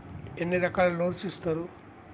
ఎన్ని రకాల లోన్స్ ఇస్తరు?